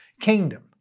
kingdom